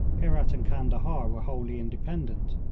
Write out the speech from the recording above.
herat and candahar were wholly independent,